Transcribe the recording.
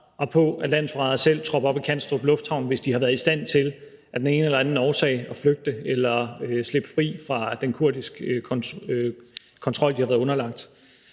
og at landsforrædere selv tropper op i Københavns Lufthavn, hvis de af den ene eller den anden årsag har været i stand til at flygte eller slippe fri fra den kurdiske kontrol, de har været underlagt.